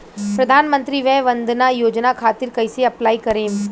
प्रधानमंत्री वय वन्द ना योजना खातिर कइसे अप्लाई करेम?